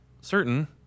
certain